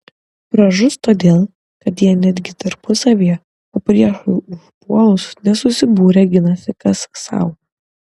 pražus todėl kad jie netgi tarpusavyje o priešui užpuolus nesusibūrę ginasi kas sau